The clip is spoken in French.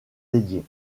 dédiées